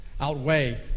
outweigh